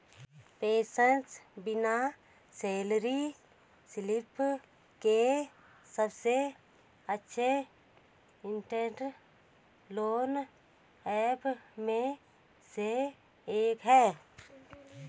PaySense बिना salary slip के सबसे अच्छे इंस्टेंट लोन ऐप में से एक है